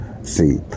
see